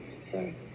Sorry